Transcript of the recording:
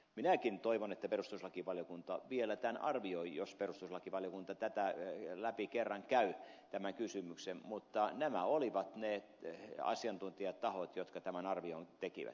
minäkin toivon että perustuslakivaliokunta vielä arvioi jos perustuslakivaliokunta tätä läpi kerran käy tämän kysymyksen mutta nämä olivat ne asiantuntijatahot jotka tämän arvion tekivät